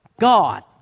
God